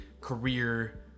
career